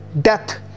death